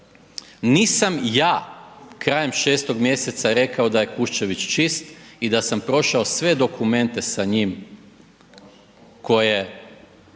nisam ja krajem 6. mjeseca rekao da je Kuščević čist i da sam prošao sve dokumente sa njim koje